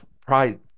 pride